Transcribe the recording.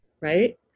Right